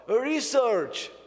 research